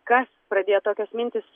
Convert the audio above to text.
kas pradėjo tokios mintys